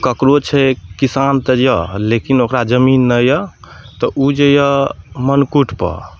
ककरो छै किसान तऽ यऽ लेकिन ओकरा जमीन नहि यऽ तऽ ओ जे यऽ मन कुट पर